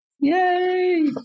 Yay